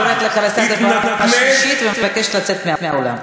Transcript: אני קוראת אותך לסדר בפעם השלישית ומבקשת לצאת מהאולם.